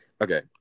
Okay